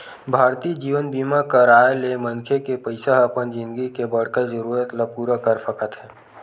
भारतीय जीवन बीमा कराय ले मनखे के पइसा ह अपन जिनगी के बड़का जरूरत ल पूरा कर सकत हे